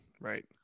right